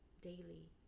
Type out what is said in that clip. daily